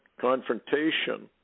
confrontation